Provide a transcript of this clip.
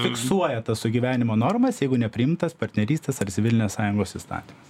fiksuoja tas sugyvenimo normas jeigu nepriimtas partnerystės ar civilinės sąjungos įstatymas